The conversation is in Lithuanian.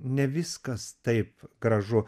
ne viskas taip gražu